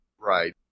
Right